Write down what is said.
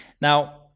Now